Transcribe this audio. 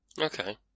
Okay